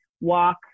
walk